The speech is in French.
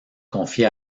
confie